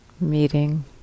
Meeting